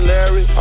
Larry